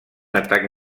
atac